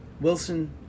Wilson